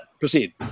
Proceed